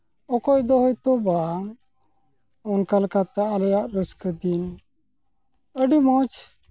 ᱚᱠᱚᱭ ᱫᱚ ᱦᱳᱭᱛᱳ ᱵᱟᱝ ᱚᱱᱠᱟ ᱞᱮᱠᱟᱛᱮ ᱟᱞᱮᱭᱟᱜ ᱨᱟᱹᱥᱠᱟᱹ ᱫᱤᱱ ᱟᱹᱰᱤ ᱢᱚᱡᱽ